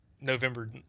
November